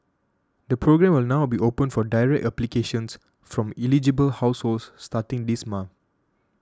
the programme will now be open for direct applications from eligible households starting this month